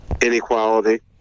inequality